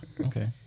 okay